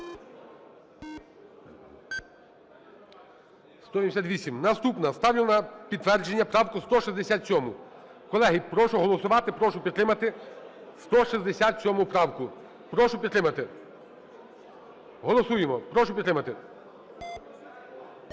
188. Наступна ставлю на підтвердження правку 167. Колеги, прошу голосувати, прошу підтримати 167 правку. Прошу підтримати. Голосуємо. Прошу підтримати.